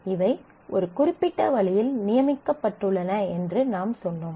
இவை ஒரு குறிப்பிட்ட வழியில் நியமிக்கப்பட்டுள்ளன என்று நாம் சொன்னோம்